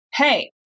hey